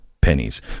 pennies